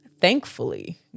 thankfully